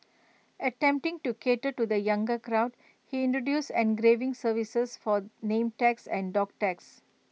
attempting to cater to the younger crowd he introduced engraving services for name tags and dog tags